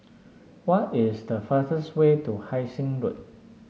what is the fastest way to Hai Sing Road